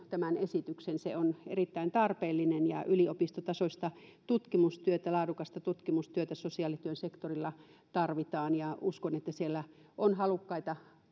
tämän esityksen se on erittäin tarpeellinen ja yliopistotasoista tutkimustyötä laadukasta tutkimustyötä sosiaalityön sektorilla tarvitaan ja uskon että siellä on halukkaita